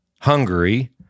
Hungary